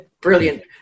Brilliant